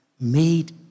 made